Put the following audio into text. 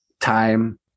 Time